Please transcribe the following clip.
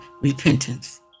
repentance